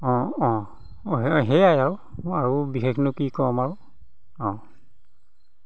অঁ অঁ সেয়াই আৰু আৰু বিশেষনো কি ক'ম আৰু অঁ